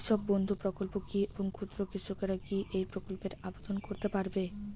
কৃষক বন্ধু প্রকল্প কী এবং ক্ষুদ্র কৃষকেরা কী এই প্রকল্পে আবেদন করতে পারবে?